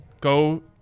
go